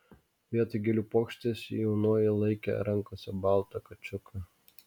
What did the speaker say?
vietoj gėlių puokštės jaunoji laikė rankose baltą kačiuką